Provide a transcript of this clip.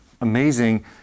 amazing